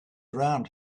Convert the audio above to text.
around